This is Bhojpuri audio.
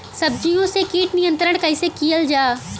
सब्जियों से कीट नियंत्रण कइसे कियल जा?